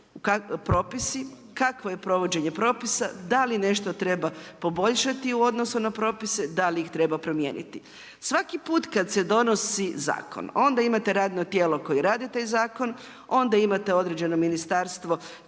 kakvo je provođenje propisa, da li nešto treba poboljšati u odnosu na propise, da li ih treba promijeniti. Svaki put kada se donosi zakon onda imate radno tijelo koje radi taj zakon, onda imate određeno ministarstvo